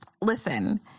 listen